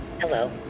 Hello